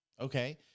Okay